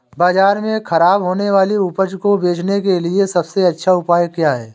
बाज़ार में खराब होने वाली उपज को बेचने के लिए सबसे अच्छा उपाय क्या हैं?